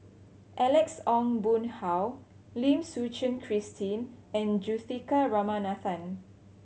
Alex Ong Boon Hau Lim Suchen Christine and Juthika Ramanathan